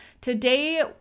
Today